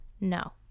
No